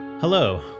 Hello